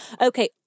okay